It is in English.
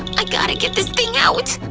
i gotta get this thing out!